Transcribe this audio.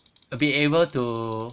be able to